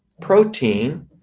protein